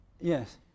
Yes